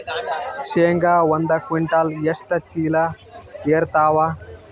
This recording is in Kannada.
ಶೇಂಗಾ ಒಂದ ಕ್ವಿಂಟಾಲ್ ಎಷ್ಟ ಚೀಲ ಎರತ್ತಾವಾ?